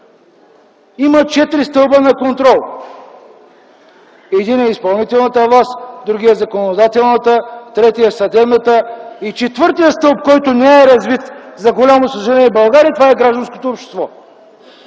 има четири стълба на контрол – единият е изпълнителната власт, другият – законодателната, третият – съдебната, и четвъртият стълб, който не е развит, за голямо съжаление, в България, това е гражданското общество.